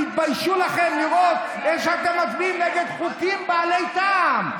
תתביישו לכם על איך שאתם מצביעים נגד חוקים בעלי טעם.